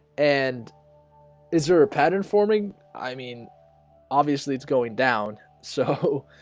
and is there a pattern forming i mean obviously it's going down so